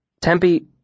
Tempe